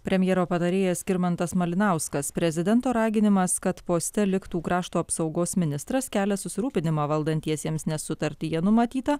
premjero patarėjas skirmantas malinauskas prezidento raginimas kad poste liktų krašto apsaugos ministras kelia susirūpinimą valdantiesiems nes sutartyje numatyta